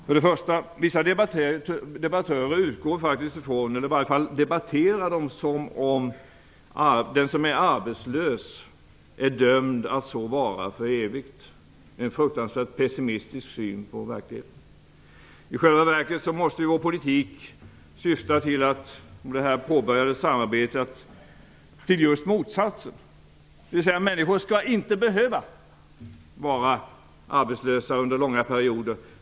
För det första: Vissa debattörer utgår faktiskt ifrån att, i alla fall debatterar de som om, den som är arbetslös är dömd att så vara för evigt - en fruktansvärt pessimistisk syn på verkligheten. I själva verket måste vår politik och det påbörjade samarbetet syfta till just motsatsen, dvs. att människor inte skall behöva vara arbetslösa under långa perioder.